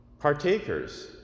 partakers